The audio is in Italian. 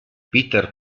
peter